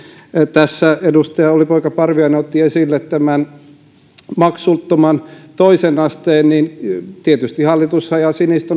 tässä edustaja olli poika parviainen otti esille maksuttoman toisen asteen tietysti hallitus ja siniset